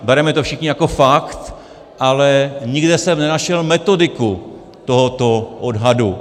Bereme to všichni jako fakt, ale nikde jsem nenašel metodiku tohoto odhadu.